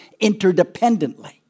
interdependently